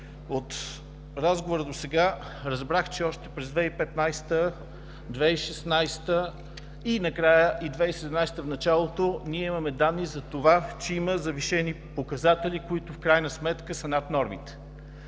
От разговора досега разбрах, че още през 2015 г., 2016 г. и накрая и 2017 г. – в началото, имаме данни, че има завишени показатели, които в крайна сметка са над нормите.